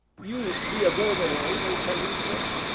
you be a-going away, they tell me, sir?